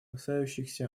касающихся